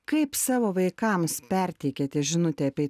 kaip savo vaikams perteikiate žinutę apie